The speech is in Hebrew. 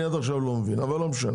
אני לא מבין עד עכשיו, אבל לא משנה.